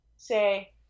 say